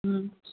હમ